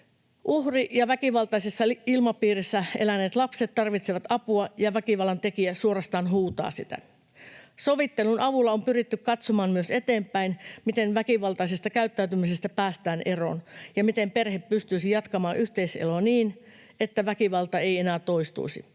Uhri ja väkivaltaisessa ilmapiirissä eläneet lapset tarvitsevat apua, ja väkivallan tekijä suorastaan huutaa sitä. Sovittelun avulla on pyritty katsomaan myös eteenpäin, miten väkivaltaisesta käyttäytymisestä päästään eroon ja miten perhe pystyisi jatkamaan yhteiseloa niin, että väkivalta ei enää toistuisi.